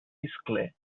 iscle